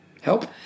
Help